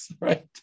right